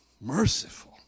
Merciful